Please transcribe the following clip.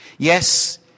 Yes